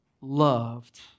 loved